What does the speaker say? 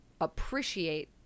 appreciate